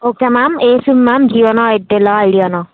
okay ma'am ఏ sim ma'am జియోనా ఎయిర్టేలా ఐడియానా